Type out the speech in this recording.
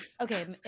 okay